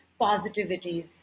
positivities